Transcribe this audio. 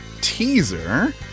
teaser